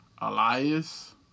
Elias